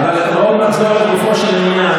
אדוני השר, בוא, אבל בואו נחזור לגופו של עניין.